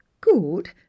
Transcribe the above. good